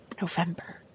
November